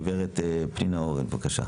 גברת פנינה אורן, בבקשה.